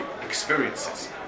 experiences